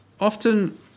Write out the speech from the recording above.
Often